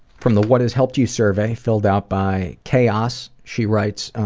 from the what has helped you? survey, filled out by chaos, she writes, ah,